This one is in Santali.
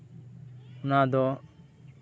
ᱚᱱᱟ ᱫᱚ